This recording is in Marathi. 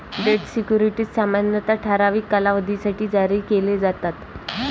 डेट सिक्युरिटीज सामान्यतः ठराविक कालावधीसाठी जारी केले जातात